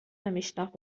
نمیشناخت